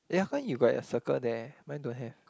eh how come you got your circle there mine don't have